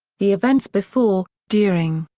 the events before, during,